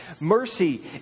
Mercy